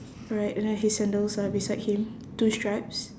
alright then his sandals are beside him two straps